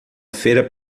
feira